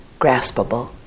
graspable